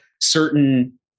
certain